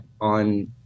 on